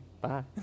Bye